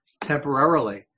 temporarily